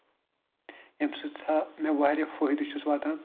اَمہِ سۭتۍ ہا مےٚ واریاہ فٲیدٕ چھُ واتان